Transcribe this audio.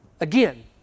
again